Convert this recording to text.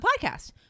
podcast